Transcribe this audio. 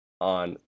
on